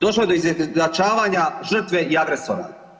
Došlo je do izjednačavanja žrtve i agresora.